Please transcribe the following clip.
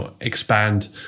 expand